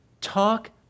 Talk